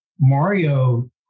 Mario